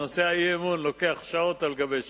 נושא האי-אמון לוקח שעות על גבי שעות,